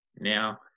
now